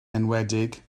enwedig